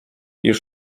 już